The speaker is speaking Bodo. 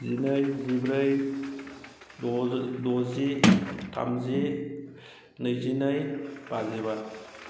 जिनै जिब्रै द'जि थामजि नैजिनै बाजिबा